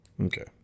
Okay